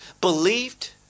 Believed